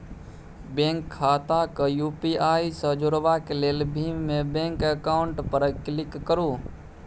bank खाता केँ UPI सँ जोरबाक लेल भीम मे बैंक अकाउंट पर क्लिक करु